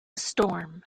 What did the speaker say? storm